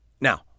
Now